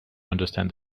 understand